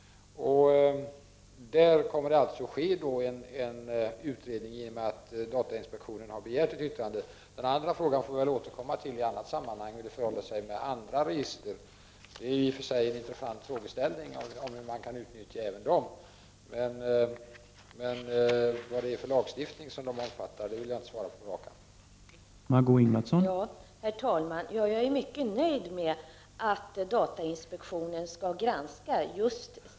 Det kommer alltså att ske en utredning i och med att datainspektionen har begärt ett yttrande. Till frågan hur det förhåller sig med andra register och användningen av dessa får jag återkomma i ett annat sammanhang. Det är i och för sig också en intressant fråga. Vad det är för lagstiftning som omfattar dessa register vill jag, som sagt, inte på rak arm svara på.